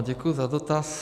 Děkuji za dotaz.